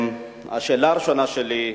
השאלה הראשונה שלי: